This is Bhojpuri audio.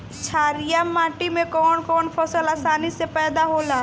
छारिया माटी मे कवन कवन फसल आसानी से पैदा होला?